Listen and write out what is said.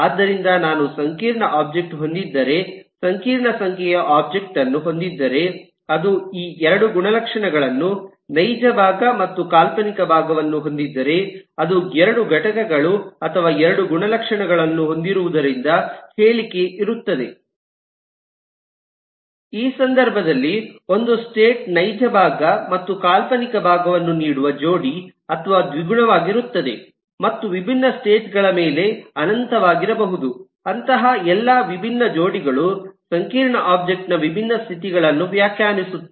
ಆದ್ದರಿಂದ ನಾನು ಸಂಕೀರ್ಣ ಒಬ್ಜೆಕ್ಟ್ ಹೊಂದಿದ್ದರೆ ಸಂಕೀರ್ಣ ಸಂಖ್ಯೆಯ ಒಬ್ಜೆಕ್ಟ್ ಅನ್ನು ಹೊಂದಿದ್ದರೆ ಅದು ಈ 2 ಗುಣಲಕ್ಷಣಗಳನ್ನು ನೈಜ ಭಾಗ ಮತ್ತು ಕಾಲ್ಪನಿಕ ಭಾಗವನ್ನು ಹೊಂದಿದ್ದರೆ ಅದು 2 ಘಟಕಗಳು ಅಥವಾ 2 ಗುಣಲಕ್ಷಣಗಳನ್ನು ಹೊಂದಿರುವುದರಿಂದ ಹೇಳಿಕೆ ಇರುತ್ತದೆ ಈ ಸಂದರ್ಭದಲ್ಲಿ ಒಂದು ಸ್ಟೇಟ್ ನೈಜ ಭಾಗ ಮತ್ತು ಕಾಲ್ಪನಿಕ ಭಾಗವನ್ನು ನೀಡುವ ಜೋಡಿ ಅಥವಾ ದ್ವಿಗುಣವಾಗಿರುತ್ತದೆ ಮತ್ತು ವಿಭಿನ್ನ ಸ್ಟೇಟ್ ಗಳ ಮೇಲೆ ಅನಂತವಾಗಿರಬಹುದು ಅಂತಹ ಎಲ್ಲಾ ವಿಭಿನ್ನ ಜೋಡಿಗಳು ಸಂಕೀರ್ಣ ಒಬ್ಜೆಕ್ಟ್ ನ ವಿಭಿನ್ನ ಸ್ಥಿತಿಗಳನ್ನು ವ್ಯಾಖ್ಯಾನಿಸುತ್ತವೆ